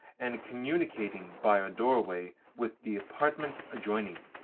and communicating by a doorway with the apartment adjoining.